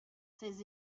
ses